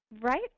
Right